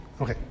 Okay